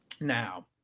Now